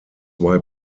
why